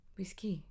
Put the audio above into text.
Whiskey